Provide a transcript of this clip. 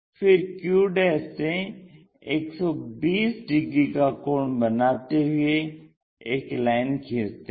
फिर q से 120 degree का कोण बनाते हुए एक लाइन खींचते हैं